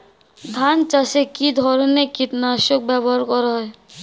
ধান চাষে কী ধরনের কীট নাশক ব্যাবহার করা হয়?